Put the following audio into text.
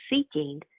seeking